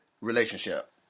relationship